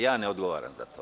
Ja ne odgovaram za to.